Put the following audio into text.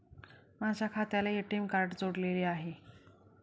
माझ्या खात्याला ATM card जोडलेले आहे